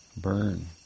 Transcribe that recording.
Burn